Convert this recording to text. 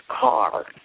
car